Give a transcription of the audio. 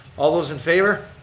all those in favor,